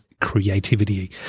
creativity